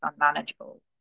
unmanageable